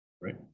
right